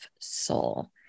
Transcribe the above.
soul